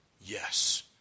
Yes